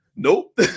Nope